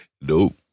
Nope